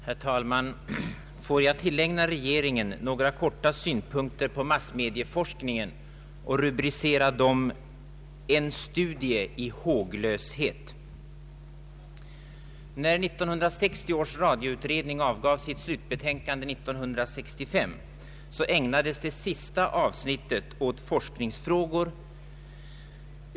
Herr talman! Får jag tillägna regeringen några korta synpunkter på massmedieforskningen och rubricera dem ”En studie i håglöshet”. När 1960 års radioutredning avgav sitt slutbetänkande 1965 ägnades det sista avsnittet åt forskningsfrågor.